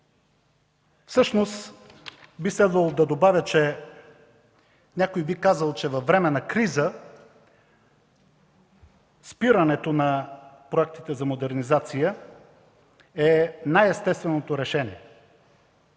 Всъщност би следвало да добавя, че някой би казал, че във време на криза спирането на проектите за модернизация е най-естественото решение.